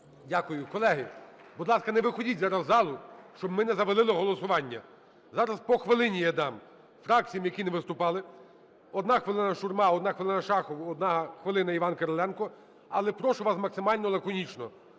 Дякую. Колеги, будь ласка, не виходьте зараз із залу, щоб ми не завалили голосування. Зараз по хвилині я дам фракціям, які не виступали. 1 хвилина – Шурма, 1 хвилина – Шахов, 1 хвилина – Іван Кириленко. Але прошу вас максимально лаконічно.